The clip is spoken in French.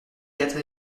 quatre